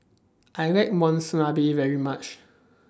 I like Monsunabe very much